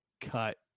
cut